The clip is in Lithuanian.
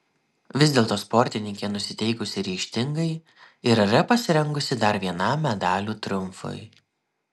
vis dėlto sportininkė nusiteikusi ryžtingai ir yra pasirengusi dar vienam medalių triumfui